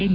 N